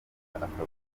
akavuga